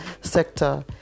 sector